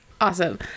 Awesome